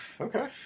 Okay